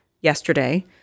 yesterday